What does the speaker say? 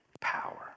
power